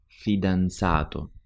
fidanzato